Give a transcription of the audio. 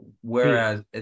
whereas